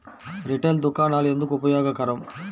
Retail దుకాణాలు ఎందుకు ఉపయోగకరం?